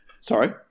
Sorry